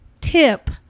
Tip